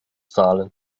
zahlen